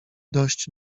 dość